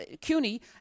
CUNY